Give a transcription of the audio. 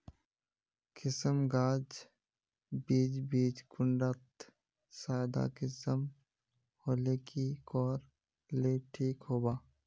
किसम गाज बीज बीज कुंडा त सादा किसम होले की कोर ले ठीक होबा?